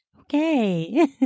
Okay